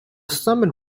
summit